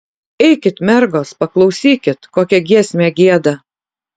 eikit mergos paklausykit kokią giesmę gieda